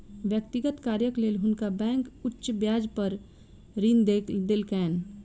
व्यक्तिगत कार्यक लेल हुनका बैंक उच्च ब्याज पर ऋण देलकैन